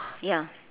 ya